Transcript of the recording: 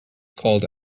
called